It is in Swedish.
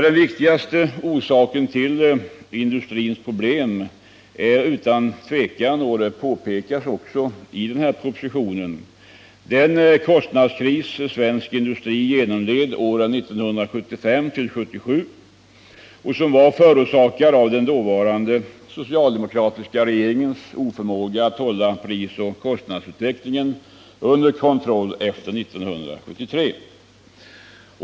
Den viktigaste orsaken till industrins problem är utan tvivel, vilket också påpekas i propositionen, den kostnadskris svensk industri genomled åren 1975-1977, förorsakad av den dåvarande socialdemokratiska regeringens oförmåga att hålla prisoch kostnadsutvecklingen under kontroll efter 1973.